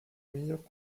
meilleures